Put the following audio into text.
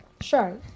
Sure